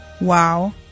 wow